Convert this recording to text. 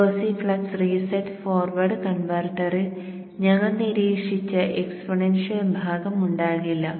lossy flux reset forward കൺവെർട്ടറിൽ ഞങ്ങൾ നിരീക്ഷിച്ച എക്സ്പോണൻഷ്യൽ ഭാഗം ഉണ്ടാകില്ല